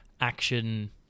action